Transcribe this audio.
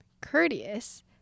courteous